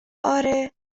آره